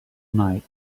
night